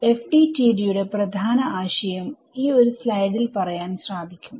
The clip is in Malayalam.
FDTD യുടെ പ്രധാന ആശയം ഈ ഒരു സ്ലൈഡിൽ പറയാൻ സാധിക്കും